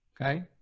Okay